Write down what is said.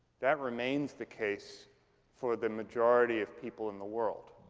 that remains the case for the majority of people in the world.